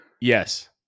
Yes